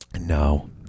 No